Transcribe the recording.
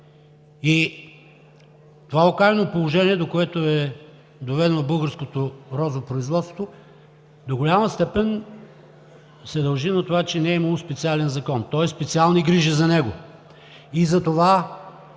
Окаяното положение, до което е доведено българското розопроизводство, до голяма степен се дължи на това, че не е имало специален закон, тоест специални грижи за него.